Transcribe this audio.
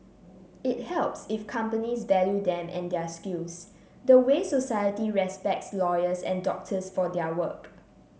it helps if companies value them and their skills the way society respects lawyers and doctors for their work